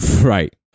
Right